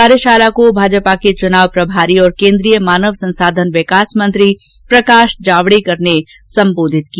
कार्यशाला को भाजपा के चुनाव प्रभारी और केन्द्रीय मानव संसाधन विकास मंत्री प्रकाश जावडेकर ने संबोधित किया